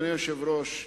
אדוני היושב-ראש,